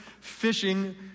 fishing